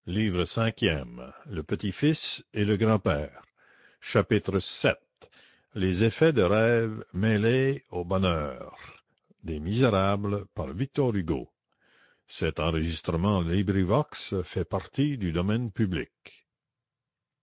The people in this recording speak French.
vii les effets de rêve mêlés au bonheur